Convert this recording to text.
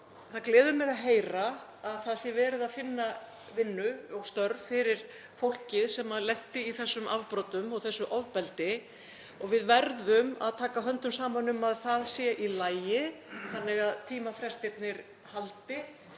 það gleður mig að heyra að það sé verið að finna vinnu og störf fyrir fólkið sem lenti í þessum afbrotum og þessu ofbeldi. Við verðum að taka höndum saman um að það sé í lagi þannig að tímafrestirnir haldi